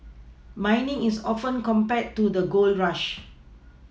mining is often compared to the gold rush